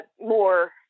more